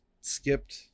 skipped